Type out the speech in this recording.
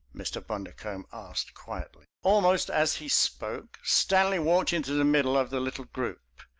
mr. bundercombe asked quietly. almost as he spoke stanley walked into the middle of the little group.